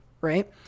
Right